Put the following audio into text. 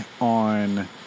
on